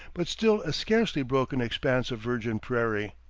but still a scarcely broken expanse of virgin prairie.